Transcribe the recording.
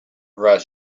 rust